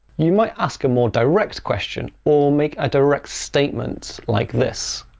you might ask a more direct question or make a direct statement, like this